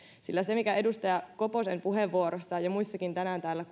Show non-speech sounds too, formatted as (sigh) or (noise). sillä mielestäni kaikkein arvokkainta edustaja koposen puheenvuorossa ja ja muissakin tänään täällä (unintelligible)